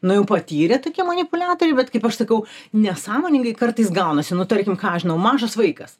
nu jau patyrę tokie manipuliatoriai vat kaip aš sakau nesąmoningai kartais gaunasi nu tarkime ką aš žinau mažas vaikas